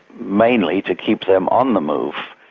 mainly to keep them on the move.